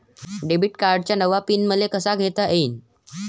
Debit कार्डचा नवा pin मले कसा घेता येईन?